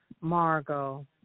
Margot